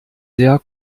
sehr